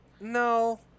No